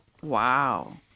Wow